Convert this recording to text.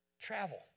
travel